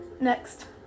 Next